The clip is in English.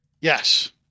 Yes